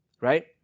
right